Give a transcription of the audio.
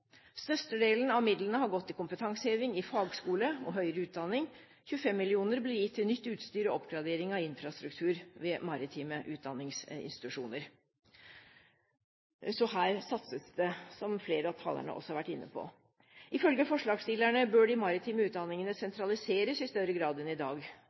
Størstedelen av midlene har gått til kompetanseheving i fagskole og høyere utdanning. 25 mill. kr ble gitt til nytt utstyr og oppgradering av infrastruktur ved maritime utdanningsinstitusjoner. Så her satses det, som flere av talerne også har vært inne på. Ifølge forslagsstillerne bør de maritime utdanningene sentraliseres i større grad enn i dag.